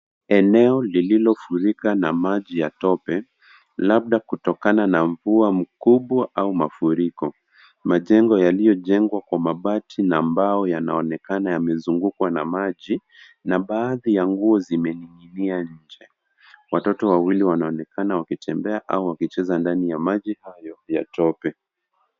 Eneo lililofurika na maji ya tope, labda kutokana na mvua mkubwa au mafuriko. Majengo yaliyojengwa kwa mabati na mbao yanaonekana yamezungukwa na maji na baadhi ya nguo zimening'inia nje. Watoto wawili wanaonekana wakitembea au wakicheza ndani ya maji hayo ya tope.